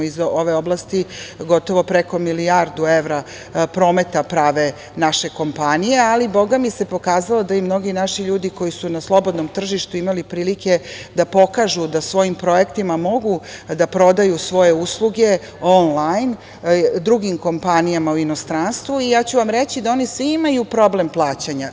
Iz ove oblasti gotovo preko milijardu evra promet prave naše kompanije, ali se pokazalo da i mnogi naši ljudi koji su na slobodnom tržištu imali prilike da pokažu da svojim projektima mogu da prodaju svoje usluge onlajn drugim kompanijama u inostranstvu i ja ću vam reći da svi oni imaju problem plaćanja.